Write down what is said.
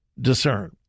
discern